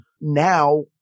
Now